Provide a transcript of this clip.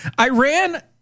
Iran